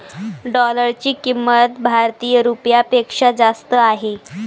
डॉलरची किंमत भारतीय रुपयापेक्षा जास्त आहे